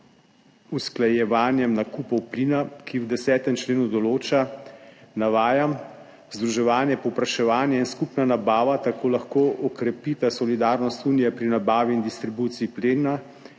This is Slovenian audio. usklajevanjem nakupov plina, ki v 10. členu določa, navajam: »Združevanje, povpraševanje in skupna nabava tako lahko okrepita solidarnost Unije pri nabavi in distribuciji plina